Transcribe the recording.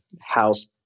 house